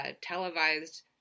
televised